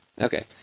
Okay